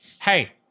hey